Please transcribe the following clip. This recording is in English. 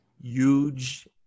huge